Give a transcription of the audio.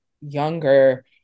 younger